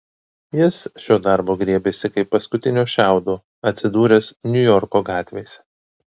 jis šio darbo griebėsi kaip paskutinio šiaudo atsidūręs niujorko gatvėse